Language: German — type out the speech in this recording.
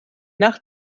nach